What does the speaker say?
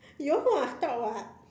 you also must talk [what]